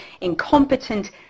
incompetent